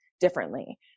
differently